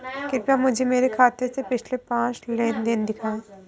कृपया मुझे मेरे खाते से पिछले पाँच लेन देन दिखाएं